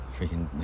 Freaking